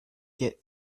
get